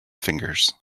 fingers